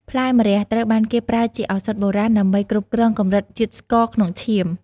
ផ្លែម្រះ ត្រូវបានគេប្រើជាឱសថបុរាណដើម្បីគ្រប់គ្រងកម្រិតជាតិស្ករក្នុងឈាម។